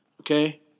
okay